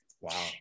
Wow